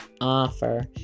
offer